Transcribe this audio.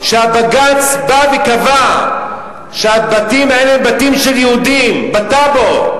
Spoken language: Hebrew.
שהבג"ץ בא וקבע שהבתים האלה הם בתים של יהודים בטאבו,